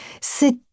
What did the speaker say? C'est